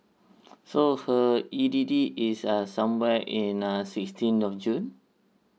so her E_D_D is uh somewhere in uh sixteen of june